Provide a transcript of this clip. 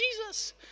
Jesus